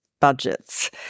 budgets